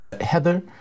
Heather